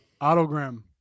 Autogram